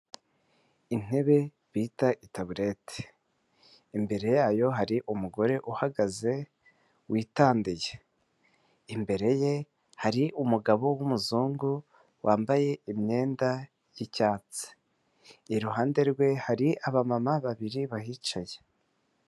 Intebe bita itabureti, imbere yayo hari umugore uhagaze witandiye, imbere ye hari umugabo w'umuzungu wambaye imyenda y'icyatsi, iruhande rwe hari abamama babiri bahicaye.